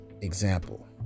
example